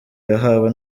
yahawe